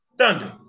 Thunder